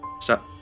Stop